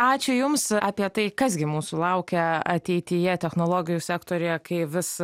ačiū jums apie tai kas gi mūsų laukia ateityje technologijų sektoriuje kai vis